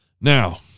Now